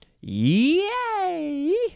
Yay